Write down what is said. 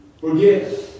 forgive